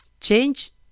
Change